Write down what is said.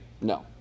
No